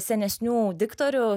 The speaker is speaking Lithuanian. senesnių diktorių